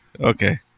Okay